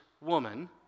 woman